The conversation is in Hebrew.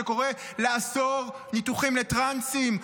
שקורא לאסור ניתוחים לטרנסים,